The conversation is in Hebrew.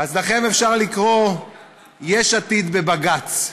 לכם אפשר לקרוא "יש עתיד בבג"ץ".